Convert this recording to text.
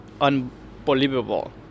unbelievable